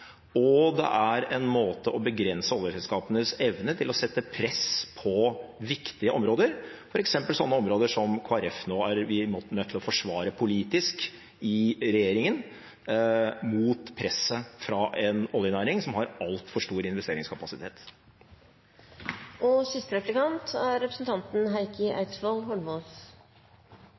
markedene – og en måte å begrense oljeselskapenes evne til å sette press på viktige områder på, f.eks. slike områder som Kristelig Folkeparti nå er nødt til å forsvare politisk opp mot regjeringen, og mot presset fra en oljenæring som har altfor stor investeringskapasitet. Jeg tenkte jeg skulle stille ett spørsmål. Det er